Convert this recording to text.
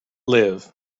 live